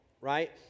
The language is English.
Right